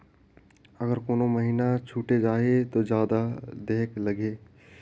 अगर कोनो महीना छुटे जाही तो जादा देहेक लगही?